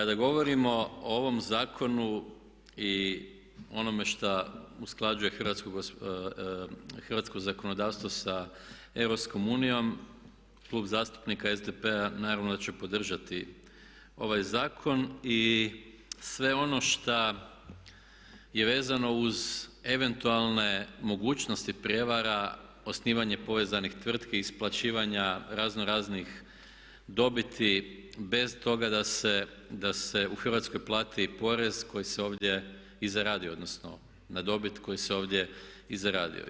Kada govorimo o ovom zakonu i onome što usklađuje Hrvatsko zakonodavstvo sa EU Klub zastupnika SDP-a naravno će podržati ovaj zakon i sve ono što je vezano uz eventualne mogućnosti prijevara, osnivanje povezanih tvrtki, isplaćivanja razno raznih dobiti bez toga da se u Hrvatskoj plati porez koji se ovdje i zaradi odnosno na dobi koju su ovdje i zaradili.